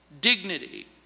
dignity